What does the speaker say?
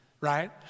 right